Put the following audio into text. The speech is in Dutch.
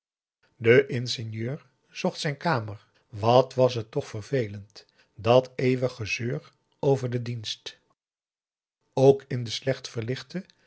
de ingenieur zocht zijn kamer wat was het toch vervelend dat eeuwig gezeur over den dienst ook in de slecht verlichte